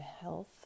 health